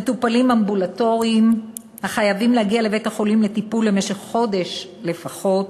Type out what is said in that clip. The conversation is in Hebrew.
מטופלים אמבולטוריים החייבים להגיע לבית-החולים לטיפול למשך חודש לפחות